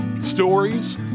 stories